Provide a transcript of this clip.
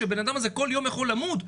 שהבן-אדם הזה כל יום יכול למות,